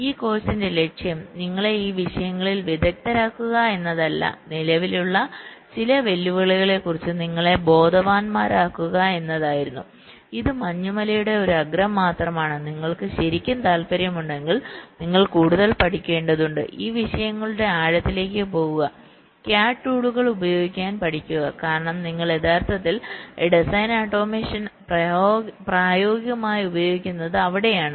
ഈ കോഴ്സിന്റെ ലക്ഷ്യം നിങ്ങളെ ഈ വിഷയങ്ങളിൽ വിദഗ്ധരാക്കുക എന്നതല്ല നിലവിലുള്ള ചില വെല്ലുവിളികളെക്കുറിച്ച് നിങ്ങളെ ബോധവാന്മാരാക്കുക എന്നതായിരുന്നു ഇത് മഞ്ഞുമലയുടെ അഗ്രം മാത്രമാണ് നിങ്ങൾക്ക് ശരിക്കും താൽപ്പര്യമുണ്ടെങ്കിൽ നിങ്ങൾക്ക് കൂടുതൽ പഠിക്കേണ്ടതുണ്ട് ഈ വിഷയങ്ങളുടെ ആഴത്തിലേക്ക് പോകുക CAD ടൂളുകൾ ഉപയോഗിക്കാൻ പഠിക്കുക കാരണം നിങ്ങൾ യഥാർത്ഥത്തിൽ ഈ ഡിസൈൻ ഓട്ടോമേഷൻ പ്രായോഗികമായി ഉപയോഗിക്കുന്നത് അവിടെയാണ്